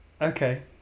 okay